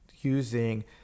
using